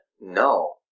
No